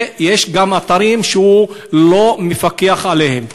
יש גם אתרים שהוא לא מפקח עליהם.